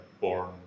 born